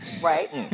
Right